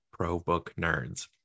ProBookNerds